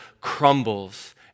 crumbles